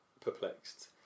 perplexed